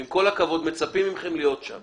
עם כל הכבוד, מצפים מכם להיות שם